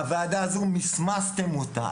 הוועדה הזו מסמסתם אותה.